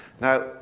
Now